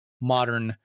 modern